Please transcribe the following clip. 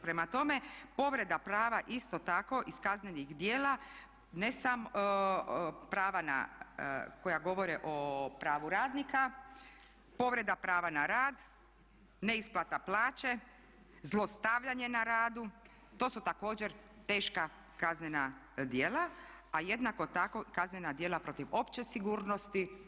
Prema tome, povreda prava isto tako iz kaznenih djela, prava na, koja govore o pravu radnika, povreda prava na rad, neisplata plaće, zlostavljanje na radu to su također teška kaznena djela, a jednako tako kaznena djela protiv opće sigurnosti.